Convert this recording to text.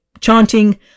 chanting